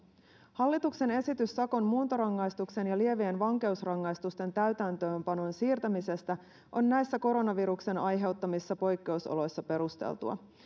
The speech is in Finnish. hallituksen esitys sakon muuntorangaistuksen ja lievien vankeusrangaistusten täytäntöönpanon siirtämisestä on näissä koronaviruksen aiheuttamissa poikkeusoloissa perusteltua